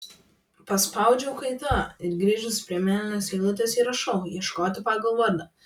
paspaudžiu kaita ir grįžusi prie mėlynos eilutės įrašau ieškoti pagal vardą